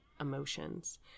emotions